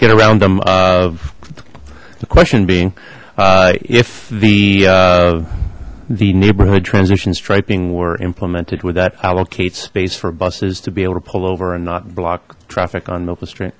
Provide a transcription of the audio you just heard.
get around them of the question being if the the neighborhood transitions striping were implemented with that allocate space for buses to be able to pull over and not block traffic on milka str